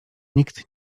nikt